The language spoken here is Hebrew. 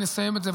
ונסיים את זה,